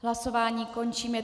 Hlasování končím.